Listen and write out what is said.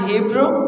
Hebrew